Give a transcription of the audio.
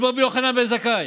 עם רבי יוחנן בן זכאי,